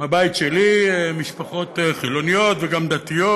בבית שלי משפחות, חילוניות וגם דתיות,